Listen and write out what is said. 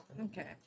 Okay